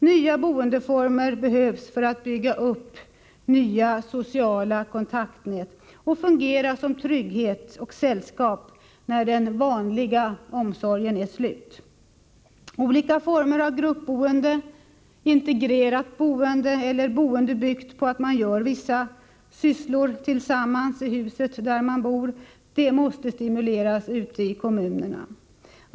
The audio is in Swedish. Nya boendeformer behövs för att bygga upp nya, sociala kontaktnät och kan fungera som trygghet och sällskap när den ”vanliga” omsorgen är slut. Olika former av gruppboende, integrerat boende eller boende byggt på att människor gör vissa gemensamma sysslor i huset där de bor måste stimuleras ute i kommunerna.